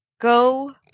go